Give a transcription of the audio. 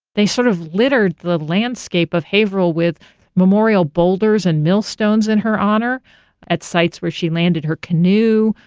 they sort of littered the landscape of haverhill with memorial boulders and millstones in her honor at sites where she landed her canoe,